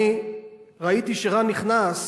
אני ראיתי שרן נכנס,